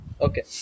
Okay